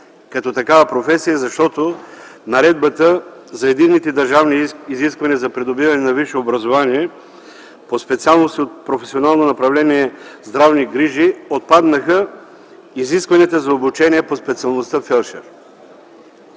като такава професия, защото от наредбата за единните държавни изисквания за придобиване на висше образование по специалности от професионално направление „Здравни грижи” отпаднаха изискванията за обучение по специалността „фелдшер”.